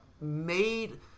made